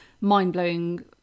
mind-blowing